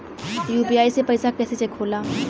UPI से पैसा कैसे चेक होला?